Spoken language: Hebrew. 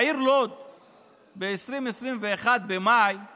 בעיר לוד במאי 2021